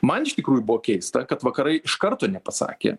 man iš tikrųjų buvo keista kad vakarai iš karto nepasakė